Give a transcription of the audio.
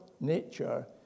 nature